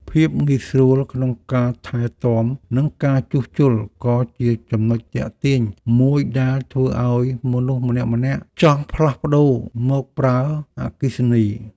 ភាពងាយស្រួលក្នុងការថែទាំនិងការជួសជុលក៏ជាចំណុចទាក់ទាញមួយដែលធ្វើឱ្យមនុស្សម្នាក់ៗចង់ផ្លាស់ប្តូរមកប្រើអគ្គិសនី។